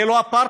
זה לא אפרטהייד?